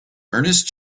ernest